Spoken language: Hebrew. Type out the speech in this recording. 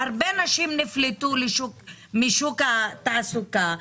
כאשר הרבה נשים נפלטו משוק התעסוקה,